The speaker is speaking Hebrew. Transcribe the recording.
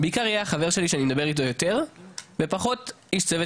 בעיקר יהיה החבר שלי שאני מדבר איתו יותר ופחות איש צוות